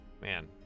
Man